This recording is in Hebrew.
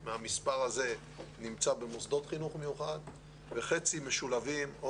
מהמספר הזה נמצא במוסדות חינוך מיוחד וחצי משולבים או